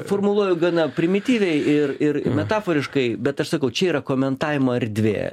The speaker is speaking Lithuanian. formuluoju gana primityviai ir ir metaforiškai bet aš sakau čia yra komentavimo erdvė